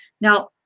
Now